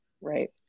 right